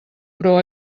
però